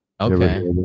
okay